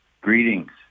Greetings